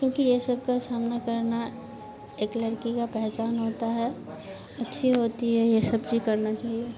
क्योंकि ये सब का सामना करना एक लड़की का पहचान होता है अच्छी होती है ये सब चीज करना चहिए